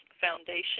Foundation